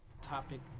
topic